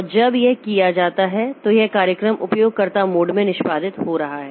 और जब यह किया जाता है तो यह कार्यक्रम उपयोगकर्ता मोड में निष्पादित हो रहा है